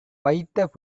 வைத்த